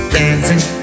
dancing